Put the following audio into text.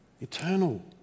eternal